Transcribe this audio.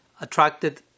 attracted